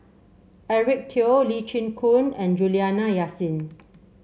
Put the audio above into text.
Eric Teo Lee Chin Koon and Juliana Yasin